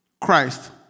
Christ